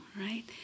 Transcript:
Right